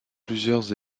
plusieurs